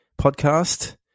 podcast